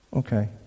Okay